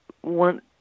one